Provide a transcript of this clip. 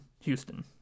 Houston